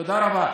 תודה רבה.